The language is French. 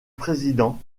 président